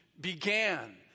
began